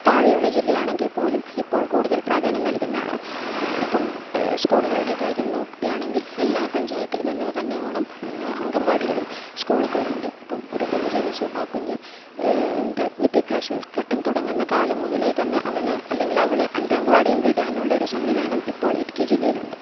താഴെയുള്ള ജില്ലയാണെങ്കിൽപ്പോലും ഇപ്പോൾ കൂടുതൽ പ്രാധാന്യം നൽകുന്നതാണ് ഇപ്പോള് സ്കൂളുകളുടെ കാര്യം നോക്കുകയാണെങ്കിൽ എല്ലാ പഞ്ചായത്തിലും എന്നു തന്നെയോണം അംഗന്വാടികളും സ്കൂളുകളുമുണ്ട് ഇപ്പോള് ഒരു കുഞ്ഞു ജനിച്ച് ആ കുഞ്ഞി ൻ്റെ വിദ്യാഭ്യാസ ഘട്ടം തുടങ്ങുന്ന കാലം മുതലേ തന്നെ അവനെ അല്ലെങ്കിൽ അവളെ അംഗന്വാടിയിൽ വിടാനുള്ളൊരു സംവിധാനം ഇപ്പോൾ ഇടുക്കി ജില്ലയിലുണ്ട്